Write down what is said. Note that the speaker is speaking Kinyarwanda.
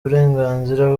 uburenganzira